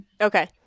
Okay